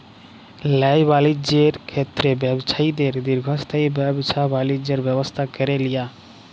ল্যায় বালিজ্যের ক্ষেত্রে ব্যবছায়ীদের দীর্ঘস্থায়ী ব্যাবছা বালিজ্যের ব্যবস্থা ক্যরে লিয়া